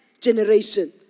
generation